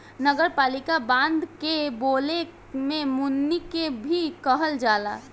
नगरपालिका बांड के बोले में मुनि के भी कहल जाला